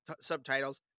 subtitles